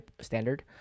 standard